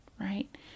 right